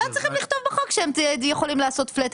הם לא צריכים לכתוב בחוק שהם יכולים לעשות פלאט,